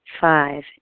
Five